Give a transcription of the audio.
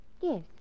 Yes